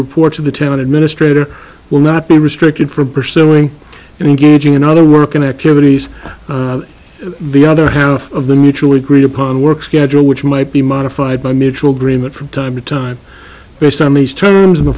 reports of the town administrator will not be restricted from pursuing engaging in other work and activities the other half of the mutually agreed upon work schedule which might be modified by mutual agreement from time to time based on these terms